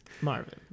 Marvin